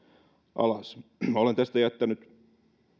alas olen tästä jättänyt